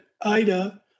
Ida